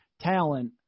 talent